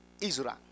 Israel